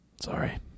Sorry